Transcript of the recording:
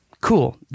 cool